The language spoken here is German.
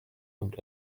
und